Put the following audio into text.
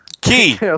Key